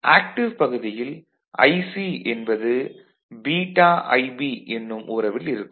active பகுதியில் IC என்பது βIB என்னும் உறவில் இருக்கும்